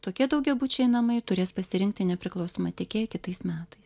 tokie daugiabučiai namai turės pasirinkti nepriklausomą tiekėją kitais metais